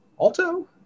Alto